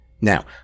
Now